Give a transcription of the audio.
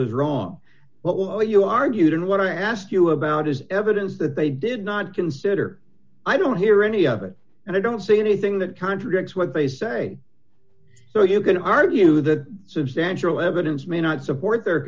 was wrong but what you argued in what i asked you about is evidence that they did not consider i don't hear any of it and i don't see anything that contradicts what they say so you can argue that substantial evidence may not support their